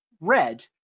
red